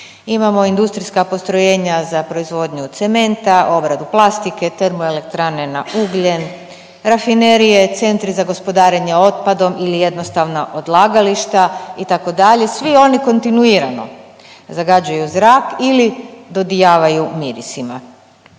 Imamo industrijska postrojenja za proizvodnju cementa, obradu plastike, TE na ugljen, rafinerije, centri za gospodarenje otpadom ili jednostavna odlagališta, itd., svi oni kontinuirano zagađuju zrak ili dodijavaju mirisima.